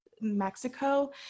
Mexico